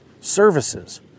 services